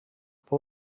fou